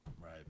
right